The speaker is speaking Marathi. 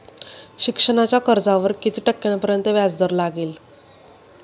शिक्षणाच्या कर्जावर किती टक्क्यांपर्यंत व्याजदर लागेल?